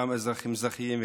גם אזרחים מזרחים,